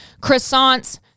croissants